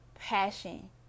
passion